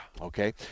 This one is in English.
Okay